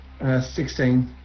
16